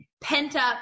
pent-up